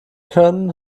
können